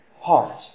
heart